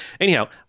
anyhow